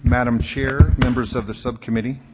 madam chair, members of the subcommittee.